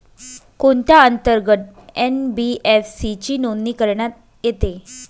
कोणत्या अंतर्गत एन.बी.एफ.सी ची नोंदणी करण्यात येते?